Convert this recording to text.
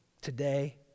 today